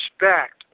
respect